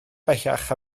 bellach